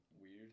weird